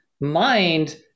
mind